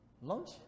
lunch